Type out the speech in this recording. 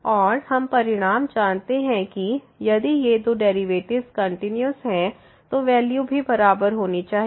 और हम परिणाम जानते हैं कि यदि ये दो डेरिवेटिव्स कंटीन्यूअस हैं तो वैल्यू भी बराबर होनी चाहिए